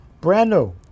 brand-new